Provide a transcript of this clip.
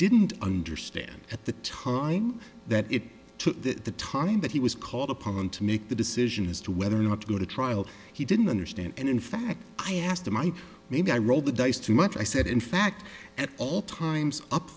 didn't understand at the time that it took that the time that he was called upon to make the decision as to whether or not to go to trial he didn't understand and in fact i asked him i maybe i rolled the dice too much i said in fact at all times up